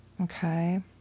okay